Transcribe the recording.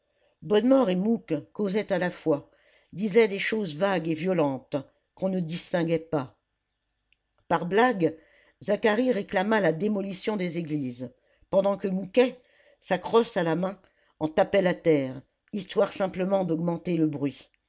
bonnemort et mouque causaient à la fois disaient des choses vagues et violentes qu'on ne distinguait pas par blague zacharie réclama la démolition des églises pendant que mouquet sa crosse à la main en tapait la terre histoire simplement d'augmenter le bruit